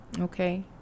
Okay